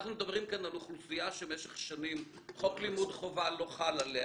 אנחנו מדברים כאן על אוכלוסייה שבמשך שנים חוק לימוד חובה לא חל עליה,